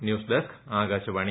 news desk Akashvani